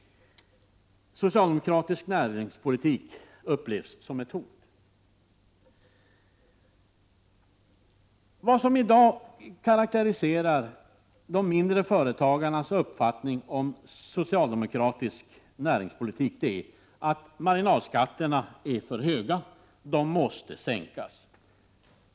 Socialdemokratisk näringspolitik upplevs som ett hot. Vad som i dag karakteriserar de mindre företagarnas uppfattning om socialdemokratisk näringspolitik är att marginalskatterna är för höga. De måste sänkas.